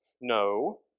No